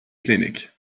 clinic